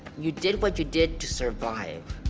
you did what you did to survive.